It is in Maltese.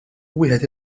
wieħed